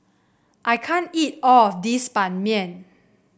I can't eat all of this Ban Mian